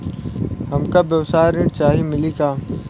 हमका व्यवसाय ऋण चाही मिली का?